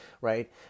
Right